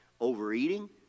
Overeating